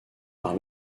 par